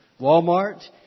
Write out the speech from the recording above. Walmart